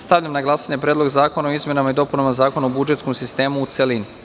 Stavljam na glasanje Predlog zakona o izmenama i dopunama Zakona o budžetskom sistemu, u celini.